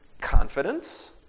confidence